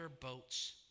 boats